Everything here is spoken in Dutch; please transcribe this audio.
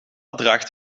draagt